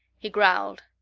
he growled,